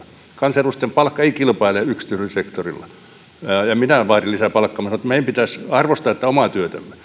kansanedustajan palkka ei kilpaile yksityisellä sektorilla en minä vaadi lisää palkkaa mutta sanon että meidän pitäisi arvostaa tätä omaa työtämme